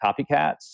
copycats